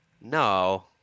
no